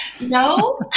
No